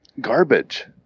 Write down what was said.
garbage